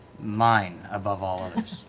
mine, above all um